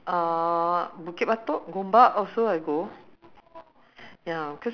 toa payoh but jurong east one I went a few times already this month also I did